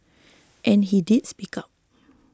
and he did speak up